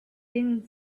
been